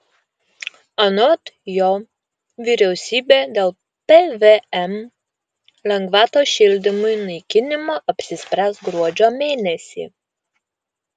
anot jo vyriausybė dėl pvm lengvatos šildymui naikinimo apsispręs gruodžio mėnesį